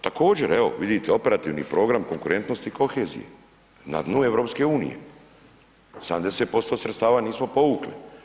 Također, evo vidite, operativni program konkurentnost i kohezije, na dnu EU, 70% sredstava nismo povukli.